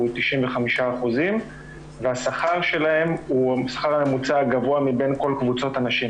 הוא 95% והשכר שלהן הוא שכר הממוצע הגבוה מבין כל קבוצות הנשים.